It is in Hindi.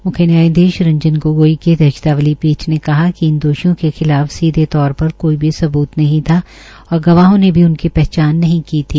म्ख्य न्यायाधीश रंजन गोगोई की अध्यक्षता वाली पीठ ने कहा है कि इन दोषियों के खिलाफ सीधे तौर पर कोई भी सब्त नही था और गवाहों ने भी उनकी पहचान नहीं की थी